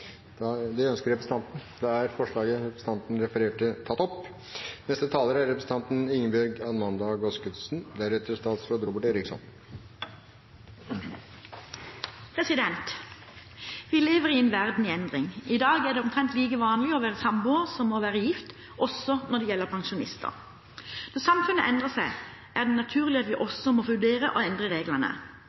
forslaget fra Arbeiderpartiet og Sosialistisk Venstreparti. Representanten Lise Christoffersen har tatt opp det forslaget hun refererte til. Vi lever i en verden i endring. I dag er det omtrent like vanlig å være samboer som å være gift, også når det gjelder pensjonister. Når samfunnet endrer seg, er det naturlig at vi også må vurdere å endre reglene.